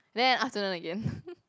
then afternoon again